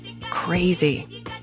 crazy